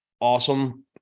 awesome